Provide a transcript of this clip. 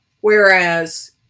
Whereas